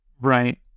Right